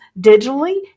digitally